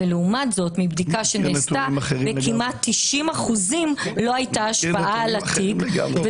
-- ולעומת זאת מבדיקה שנעשתה לכמעט 90% לא הייתה השפעה על התיק,